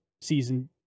season